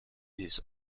his